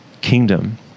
kingdom